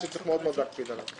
דבר שצריך מאוד מאוד להקפיד עליו.